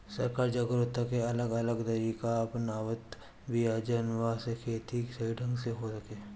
सरकार जागरूकता के अलग अलग तरीका अपनावत बिया जवना से खेती सही ढंग से हो सके